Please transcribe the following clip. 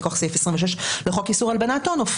מכוח סעיף 26 לחוק איסור הלבנת הון,